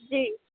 جی